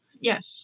Yes